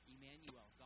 Emmanuel